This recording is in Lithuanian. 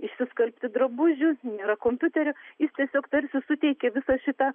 išsiskalbti drabužių nėra kompiuterio jis tiesiog tarsi suteikė visą šitą